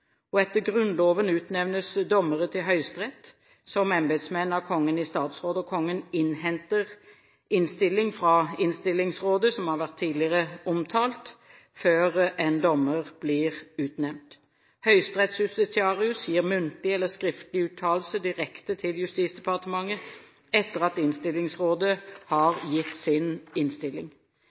domstolssystem. Etter Grunnloven utnevnes dommere til Høyesterett som embetsmenn av Kongen i statsråd. Kongen innhenter innstilling fra Innstillingsrådet – som tidligere omtalt – før en dommer blir utnevnt. Høyesterettsjustitiarius gir muntlig eller skriftlig uttalelse direkte til Justisdepartementet etter at Innstillingsrådet har gitt sin innstilling.